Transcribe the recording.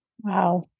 wow